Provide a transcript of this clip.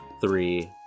three